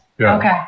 Okay